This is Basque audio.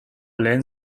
lehen